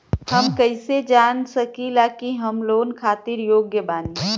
हम कईसे जान सकिला कि हम लोन खातिर योग्य बानी?